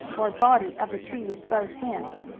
or body, of the tree with both hands.